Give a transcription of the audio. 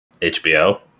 HBO